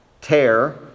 tear